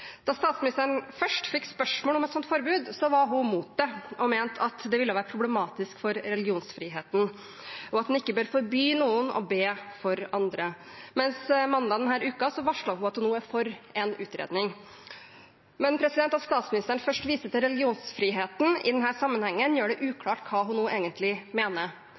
og mente at det ville være problematisk for religionsfriheten, og at en ikke bør forby noen å be for andre, men mandag denne uken varslet hun at hun nå er for en utredning. At statsministeren først viser til religionsfriheten i denne sammenhengen, gjør det uklart hva hun nå egentlig mener.